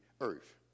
earth